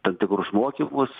tam tikrus mokymus